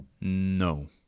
No